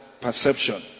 perception